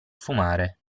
fumare